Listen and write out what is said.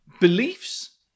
beliefs